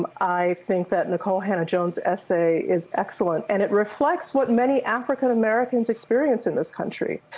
um i think that nicole hannah jones' essay is excellent and it reflects what many african-americans experience in this country,